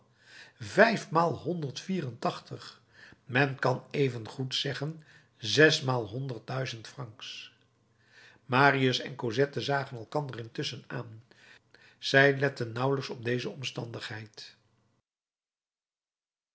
vijfmaal honderd vier en tachtig men kan even goed zeggen zesmaal honderd duizend francs marius en cosette zagen elkander intusschen aan zij letten nauwelijks op deze omstandigheid